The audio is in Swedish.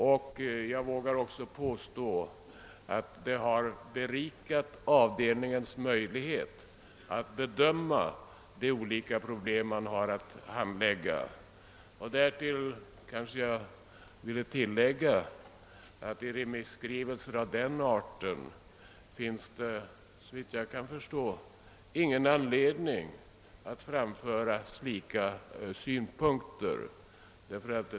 Jag vågar påstå att resan berikade avdelningens möjligheter att bedöma de olika problem den har att handlägga. Jag skulle vilja tillägga att det i remisskrivelser av den arten inte såvitt jag kan förstå finns någon anledning att framföra slika synpunkter.